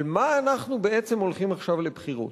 על מה אנחנו בעצם הולכים עכשיו לבחירות?